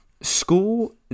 school